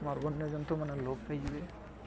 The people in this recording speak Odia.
ଜନ୍ତୁମାନେ ଲୋପ୍ ହୋଇଯିବେ